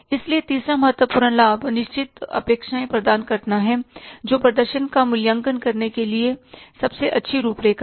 इसलिए तीसरा महत्वपूर्ण लाभ निश्चित अपेक्षाएँ प्रदान करना है जो प्रदर्शन का मूल्यांकन करने के लिए सबसे अच्छी रूपरेखा हैं